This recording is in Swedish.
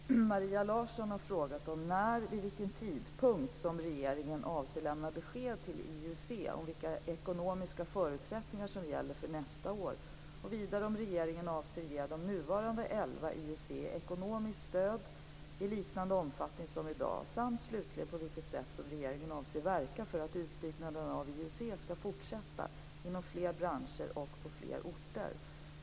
Fru talman! Maria Larsson har fråga om när, vid vilken tidpunkt, som regeringen avser lämna besked till IUC om vilka ekonomiska förutsättningar som gäller för nästa år och, vidare, om regeringen avser ge de nuvarande elva IUC ekonomiskt stöd i liknande omfattning som i dag, samt, slutligen, på vilka sätt regeringen avser verka för att utbyggnaden av IUC skall fortsätta inom fler branscher och på fler orter.